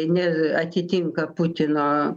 neatitinka putino